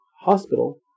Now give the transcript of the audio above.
hospital